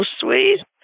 sweet